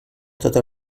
tota